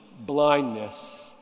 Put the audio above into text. blindness